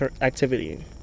activity